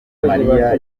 mariya